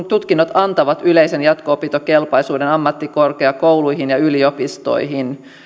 tutkinnot antavat yleisen jatko opintokelpoisuuden ammattikorkeakouluihin ja yliopistoihin